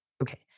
Okay